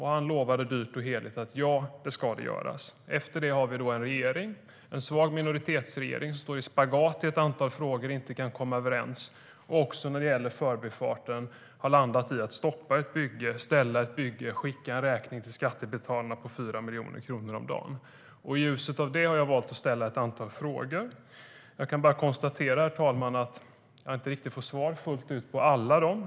Han lovade dyrt och heligt: Ja, det ska den.I ljuset av det har jag valt att ställa ett antal frågor. Jag kan konstatera, herr talman, att jag inte fått svar fullt ut på alla.